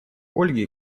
ольге